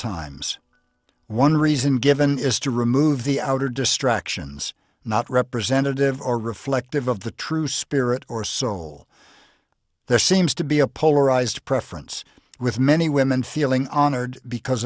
times one reason given is to remove the outer distractions not representative or reflective of the true spirit or soul there seems to be a polarized preference with many women feeling honored because